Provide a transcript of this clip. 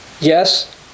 Yes